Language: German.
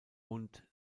und